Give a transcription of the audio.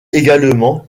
également